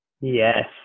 Yes